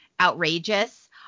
outrageous